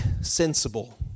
sensible